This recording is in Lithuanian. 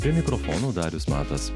prie mikrofono darius matas